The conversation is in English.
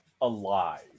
Alive